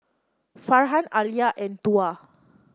Farhan Alya and Tuah